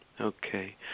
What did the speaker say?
Okay